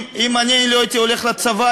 אם אני לא הייתי הולך לצבא,